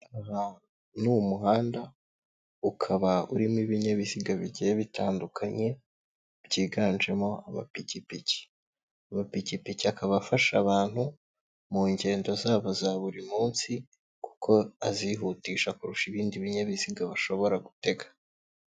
Ni umuhanda, ukaba urimo ibinyabiziga bigiye bitandukanye byiganjemo amapikipiki, amapikipiki akaba afasha abantu mu ngendo zabo za buri munsi, kuko azihutisha kurusha ibindi binyabiziga bashobora gutega.